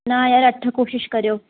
हा यारु अठ कोशिशि करियो